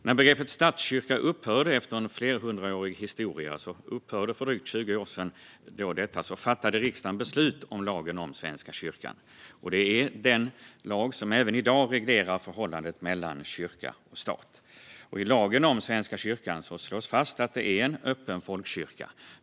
När begreppet statskyrka för drygt 20 år sedan upphörde efter en flerhundraårig historia fattade riksdagen beslut om lagen om Svenska kyrkan. Det är denna lag som även i dag reglerar förhållandet mellan kyrka och stat. I lagen om Svenska kyrkan slås det fast att den är en öppen folkkyrka.